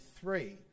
three